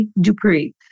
Dupree